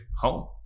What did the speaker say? home